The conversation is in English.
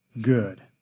good